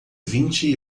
vinte